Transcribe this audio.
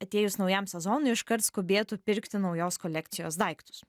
atėjus naujam sezonui iškart skubėtų pirkti naujos kolekcijos daiktus